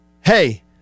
Hey